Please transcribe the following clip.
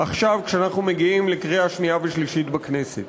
עכשיו כשאנחנו מגיעים לקריאה שנייה ושלישית בכנסת.